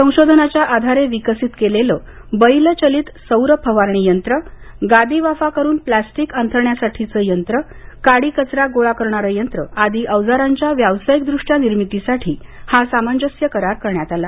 संशोधनाच्या आधारे विकसित केलेलं बैल चलित सौर फवारणी यंत्र गादी वाफा करून प्लास्टिक अंथरण्यासाठीचं यंत्र काडीकचरा गोळा करणार यंत्र आदीं अवजरांच्या व्यावसायिकद्रष्टया निर्मितीसाठी हा सामंजस्य करार करण्यात आला